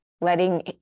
letting